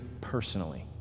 personally